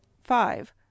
five